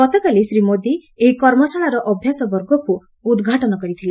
ଗତକାଲି ଶ୍ରୀ ମୋଦି ଏହି କର୍ମଶାଳାର ଅଭ୍ୟାସ ବର୍ଗକ୍ ଉଦ୍ଘାଟନ କରିଥିଲେ